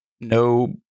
No